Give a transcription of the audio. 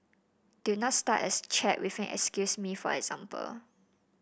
do not start as chat with an excuse me for example